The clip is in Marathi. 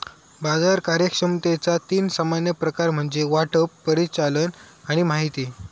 बाजार कार्यक्षमतेचा तीन सामान्य प्रकार म्हणजे वाटप, परिचालन आणि माहिती